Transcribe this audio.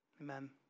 Amen